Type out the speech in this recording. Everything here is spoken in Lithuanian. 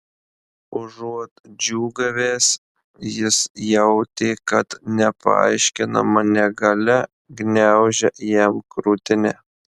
užuot džiūgavęs jis jautė kad nepaaiškinama negalia gniaužia jam krūtinę